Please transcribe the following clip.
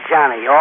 Johnny